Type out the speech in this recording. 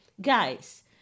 Guys